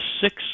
six